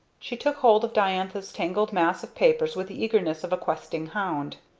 she took hold of diantha's tangled mass of papers with the eagerness of a questing hound.